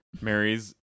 mary's